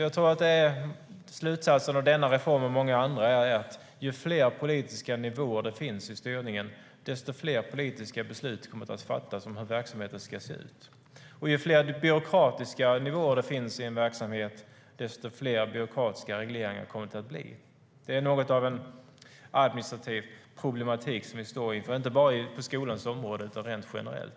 Jag tror att slutsatsen av denna reform och många andra är att ju fler politiska nivåer det finns i styrningen, desto fler politiska beslut kommer att fattas om hur verksamheten ska se ut. Ju fler byråkratiska nivåer det finns i en verksamhet, desto fler byråkratiska regleringar kommer det att bli. Det är något av en administrativ problematik som vi står inför, inte bara på skolans område utan rent generellt.